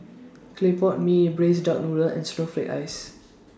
Clay Pot Mee Braised Duck Noodle and Snowflake Ice